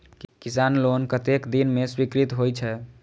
किसान लोन कतेक दिन में स्वीकृत होई छै?